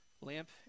lamp